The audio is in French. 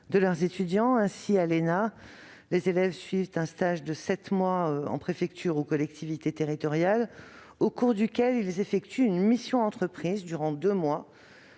de leurs étudiants. Ainsi, à l'ÉNA, les élèves suivent un stage de sept mois en préfecture ou en collectivité territoriale, au cours duquel ils effectuent une « mission entreprise » de deux mois,